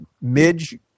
Midge